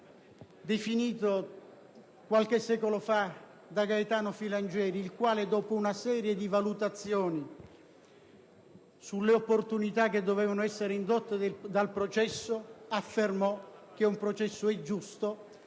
definito qualche secolo fa da Gaetano Filangieri, il quale, dopo una serie di valutazioni sulle opportunità che dovevano essere indotte dal processo, affermò che un processo è giusto